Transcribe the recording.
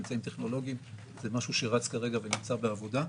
אמצעים טכנולוגיים זה משהו שרץ כרגע ונמצא בעבודה.